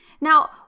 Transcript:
Now